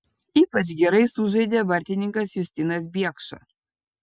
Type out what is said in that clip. ypač gerai sužaidė vartininkas justinas biekša